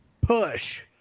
push